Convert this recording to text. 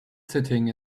sitting